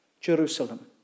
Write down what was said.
Jerusalem